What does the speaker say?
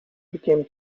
become